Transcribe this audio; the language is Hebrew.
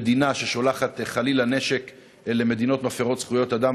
מדינה ששולחת חלילה נשק למדינות מפירות זכויות אדם,